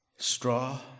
Straw